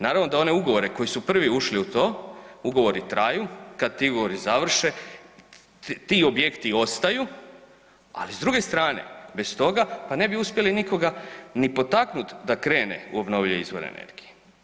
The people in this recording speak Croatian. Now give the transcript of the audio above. Naravno da one ugovore koji su prvi ušli u to, ugovori traju, kad ti ugovori završe ti objekti ostaju, ali s druge strane bez toga pa ne bi uspjeli nikoga ni potaknut da krene u obnovljive izvore energije.